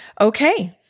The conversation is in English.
Okay